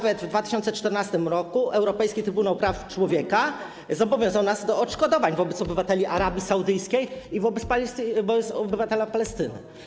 W 2014 r. Europejski Trybunał Praw Człowieka zobowiązał nas do odszkodowań wobec obywateli Arabii Saudyjskiej i obywatela Palestyny.